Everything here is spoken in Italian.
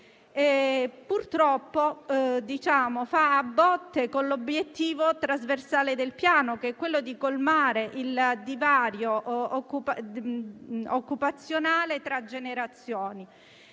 purtroppo cozza con l'obiettivo trasversale del Piano, che è quello di colmare il divario occupazionale tra generazioni.